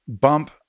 bump